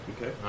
Okay